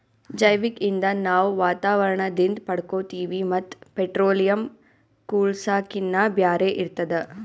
ಜೈವಿಕ್ ಇಂಧನ್ ನಾವ್ ವಾತಾವರಣದಿಂದ್ ಪಡ್ಕೋತೀವಿ ಮತ್ತ್ ಪೆಟ್ರೋಲಿಯಂ, ಕೂಳ್ಸಾಕಿನ್ನಾ ಬ್ಯಾರೆ ಇರ್ತದ